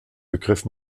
begriff